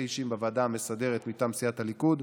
אישים בוועדה המסדרת מטעם סיעת הליכוד: